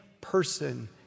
person